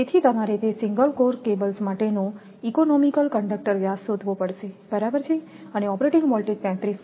તેથી તમારે તે સિંગલ કોર કેબલ્સ માટેનો ઈકોનોમિકલ કંડકટર વ્યાસ શોધવો પડશે બરાબર છે અને ઓપરેટિંગ વોલ્ટેજ 33 kV છે